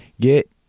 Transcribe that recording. get